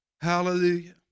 Hallelujah